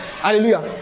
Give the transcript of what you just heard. Hallelujah